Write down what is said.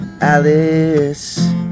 Alice